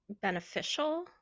beneficial